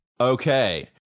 Okay